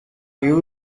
you